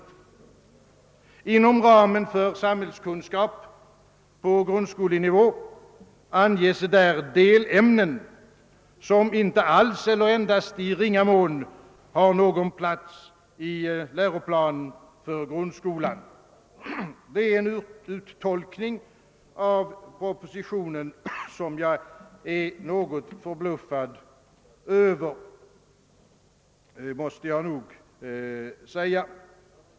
Inom ramen för ämnet samhällskunskap på grundskolenivå anges där delämnen, som inte alls eller endast i ringa mån har någon plats i läroplanen för grundskolan. Det är en uttolkning av propositionen som jag är något förbluffad över.